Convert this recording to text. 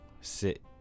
sit